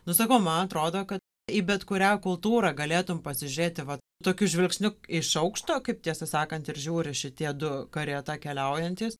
nu sakau man atrodo kad į bet kurią kultūrą galėtum pasižiūrėti vat tokiu žvilgsniu iš aukšto kaip tiesą sakant ir žiūri šitie du karieta keliaujantys